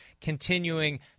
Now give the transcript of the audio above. continuing